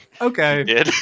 okay